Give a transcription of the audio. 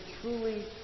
truly